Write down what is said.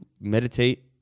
meditate